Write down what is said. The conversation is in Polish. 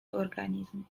organizm